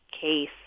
case